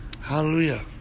Hallelujah